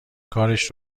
کارش